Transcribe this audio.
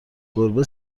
گربه